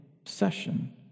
obsession